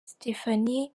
stefano